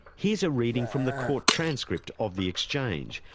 here's a reading from the court transcript of the exchange,